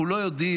אנחנו לא יודעים